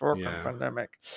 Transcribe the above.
pandemic